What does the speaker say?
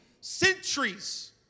centuries